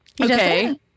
okay